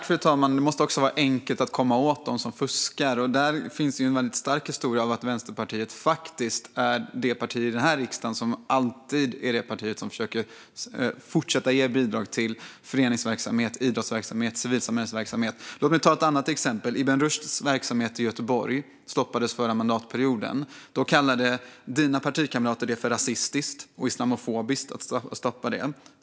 Fru talman! Det måste också vara enkelt att komma åt dem som fuskar. Och där finns en väldigt stark historia av att Vänsterpartiet faktiskt är det parti i denna riksdag som alltid försöker fortsätta att ge bidrag till föreningsverksamhet, idrottsverksamhet och civilsamhällesverksamhet. Låt mig ta ett annat exempel. Ibn Rushds verksamhet i Göteborg stoppades förra mandatperioden. Då kallade dina partikamrater, Vasiliki Tsouplaki, det för rasistiskt och islamofobiskt att stoppa den.